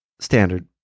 Standard